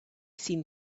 seen